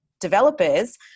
developers